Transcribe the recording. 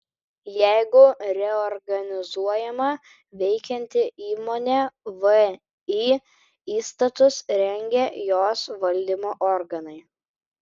jeigu reorganizuojama veikianti įmonė vį įstatus rengia jos valdymo organai